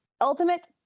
ultimate